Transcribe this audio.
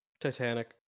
Titanic